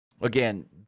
Again